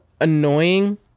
annoying